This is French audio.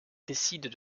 décident